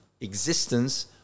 existence